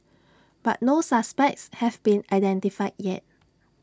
but no suspects have been identified yet